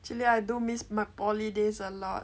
actually I do miss my poly days a lot